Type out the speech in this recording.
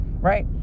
right